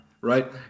right